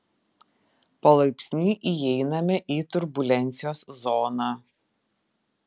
palaipsniui įeiname į turbulencijos zoną